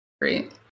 great